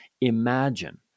imagine